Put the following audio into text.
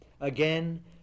Again